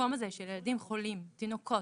המקום הזה של ילדים חולים, תינוקות,